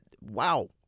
wow